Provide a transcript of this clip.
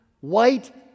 white